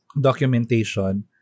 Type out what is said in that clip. documentation